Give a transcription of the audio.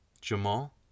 Jamal